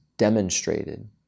demonstrated